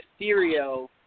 Mysterio